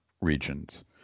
regions